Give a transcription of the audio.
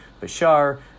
Bashar